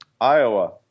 Iowa